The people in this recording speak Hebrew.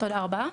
תודה רבה.